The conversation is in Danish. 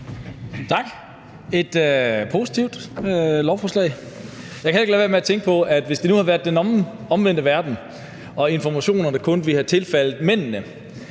Tak. Et positivt lovforslag! Jeg kan ikke lade være med at tænke på, at hvis det nu havde været den omvendte verden og informationerne kun havde tilflydt mændene,